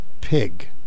pig